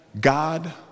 God